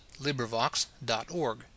LibriVox.org